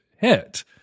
hit